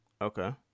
Okay